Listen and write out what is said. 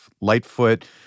Lightfoot